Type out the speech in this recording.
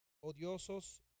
odiosos